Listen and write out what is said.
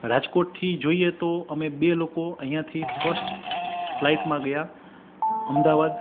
રાજકોટથી જોઈએ તો અમે બે લોકો અહીંયાથી ફર્સ્ટ ફ્લાઈટમાં ગયા અમદાવાદ